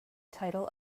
title